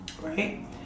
right